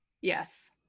Yes